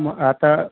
मग आता